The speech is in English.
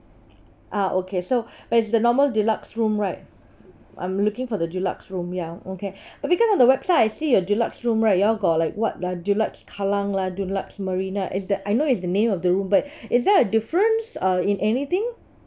ah okay so but is the normal deluxe room right I'm looking for the deluxe room ya okay but because on the website I see a deluxe room right you all got like what ah deluxe kallang lah deluxe marina is that I know is the name of the room but is there a difference uh in anything